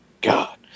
God